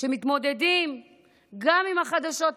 שמתמודדים גם עם החדשות הקשות,